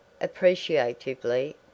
appreciatively